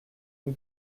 rue